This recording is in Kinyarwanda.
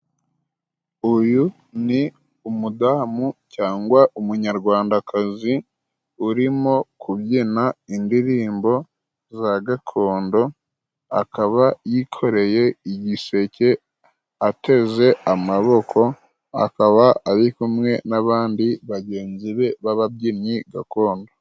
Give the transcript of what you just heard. Uyu ni umudamu cyangwa umunyarwandakazi urimo kubyina indirimbo za gakondo, akaba yikoreye igiseke ateze amaboko, akaba ari kumwe n'abandi bagenzi be b'ababyinnyi gakondo.